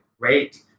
great